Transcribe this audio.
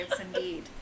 indeed